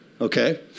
okay